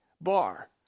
bar